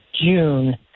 June